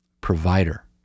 Provider